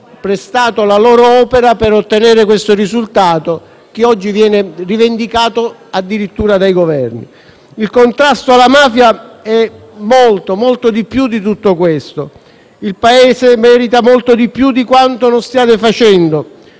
prestato la loro opera per ottenere questo risultato che oggi viene rivendicato addirittura dai Governi. Il contrasto alla mafia è molto più di tutto questo. Il Paese merita molto di più di quanto non stiate facendo,